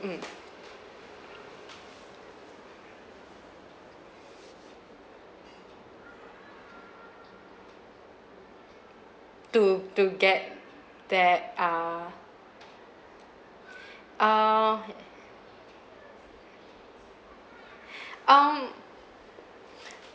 mm to to get that uh uh um